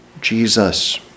Jesus